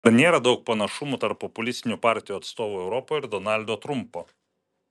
ar nėra daug panašumų tarp populistinių partijų atstovų europoje ir donaldo trumpo